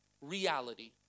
reality